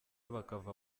bakava